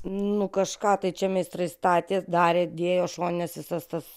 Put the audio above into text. nu kažką tai čia meistrai statė darė dėjo šonines visas tas